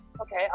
Okay